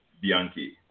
Bianchi